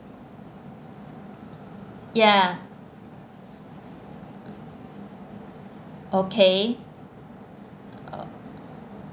ya okay